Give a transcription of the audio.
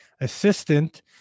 assistant